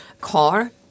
car